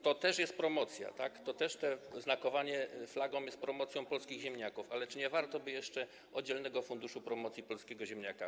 To też jest promocja, tak, to znakowanie flagą jest promocją polskich zmienników, ale czy nie warto byłoby ustanowić oddzielnego funduszu promocji polskiego ziemniaka?